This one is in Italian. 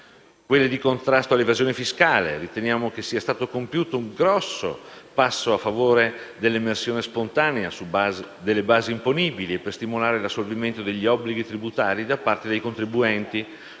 e il contrasto all'evasione fiscale. Riteniamo sia stato compiuto un grande passo a favore dell'emersione spontanea delle basi imponibili e per stimolare l'assolvimento degli obblighi tributari da parte dei contribuenti,